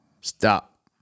Stop